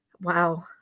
Wow